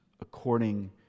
according